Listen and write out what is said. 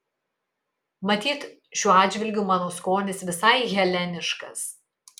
matyt šiuo atžvilgiu mano skonis visai heleniškas